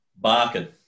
Barking